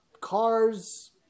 cars